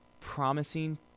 promising